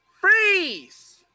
freeze